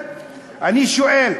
אני שואל,